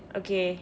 okay